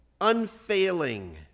unfailing